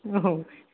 औ